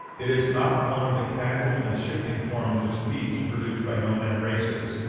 it is not one of the casual and shifting forms of speech produced by nomad races.